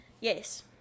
yes